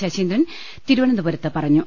ശശീന്ദ്രൻ തിരുവനന്തപുരത്ത് പറഞ്ഞു